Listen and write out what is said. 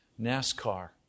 NASCAR